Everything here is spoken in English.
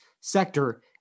sector